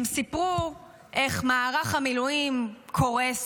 הם סיפרו איך מערך המילואים קורס,